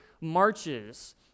marches